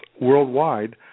worldwide